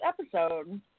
episode